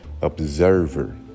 observer